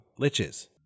liches